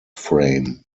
frame